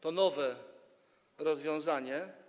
To nowe rozwiązanie.